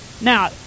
Now